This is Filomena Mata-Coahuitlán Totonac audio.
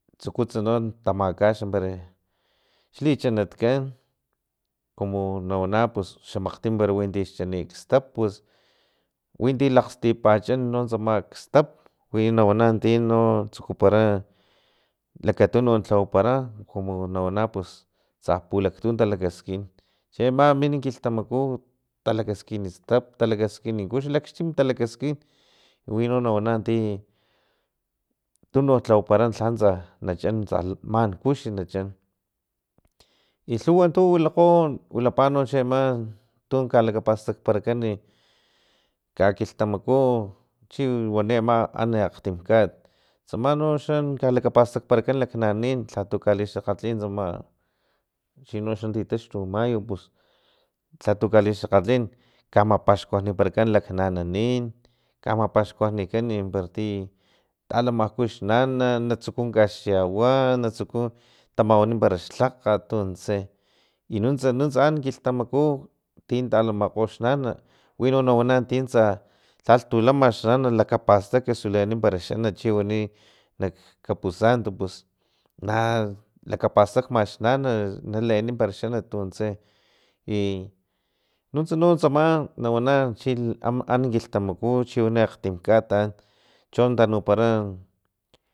Tsukutsa no tamakax para xlichanatkan como nawana pus xa makgtim para wintix chani xtap pus winti lakgstipachan nontsama ksap wi nawana tino tsukupara lakatuno lhawapara kumu nawana pus tsa pulaktu talakaskin cheama min kilhtamaku talakaskin stap talakaskin kux laxtim talakaskin wino nawana ti tununk tlawapara lha tsa nachan tsa man kux nachan i lhuwa tu wilakgo wilapa no chi ama tun kalakapastakparakan kakilhtamaku chi wani u ama an akgtim kat tsama noxa na kalakapastakan laknananin lhatu kalixakgatin tsama chinoxa titaxtu mayo pus lhatu kalixakgatlin kamapaxkuanikan laknananin kamapaxkuanikan para ti talamaku xnana natsuku kaxyawa natsuku tamawanan para xlhakgat para tuntse i nuntsa nuntsa an kilhtamaku tin talamakgo xnana wino nawana ti tsa lhaltu lama xnana lakapsatak xnana leeni parak xanat chiwani nak kaposanto pus na lakapastakma xnana naleeni para xanat para tunse i nuntsa nuntsa nawana chi an kilhtamaku chiwana akgtimkat chon tanupara